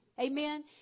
Amen